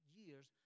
years